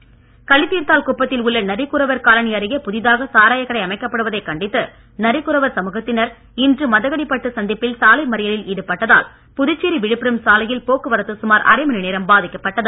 புதுச்சேரி போராட்டம் கலிதீர்த்தால் குப்பத்தில் உள்ள நரிக்குறவர் காலனி அருகே புதிதாக சாராயக்கடை அமைக்கப்படுவதை கண்டித்து நரிக்குறவர் சமூகத்தினர் இன்று மதகடிப்பட்டு சந்திப்பில் சாலை மறியலில் ஈடுபட்டதால் புதுச்சேரி விழுப்புரம் சாலையில் போக்குவரத்து சுமார் அரை மணி நேரம் பாதிக்கப்பட்டது